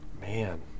Man